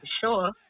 sure